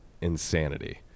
insanity